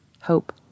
hope